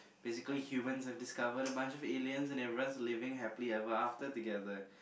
basically humans have discovered a bunch of aliens and everyone is living happily ever after together